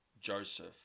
Joseph